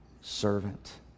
servant